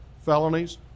felonies